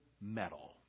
medal